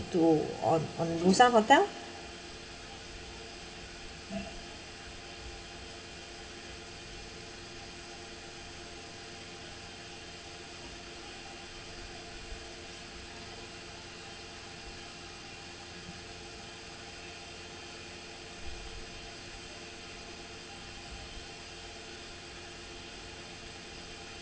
to on on busan hotel